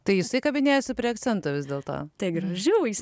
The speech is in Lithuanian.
tai jisai kabinėjasi prie akcento vis dėlto tai gražiau jis